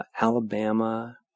Alabama